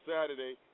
Saturday